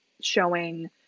showing